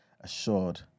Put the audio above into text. assured